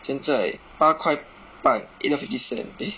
现在八块半 eight dollar fifty cents eh